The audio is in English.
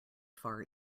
far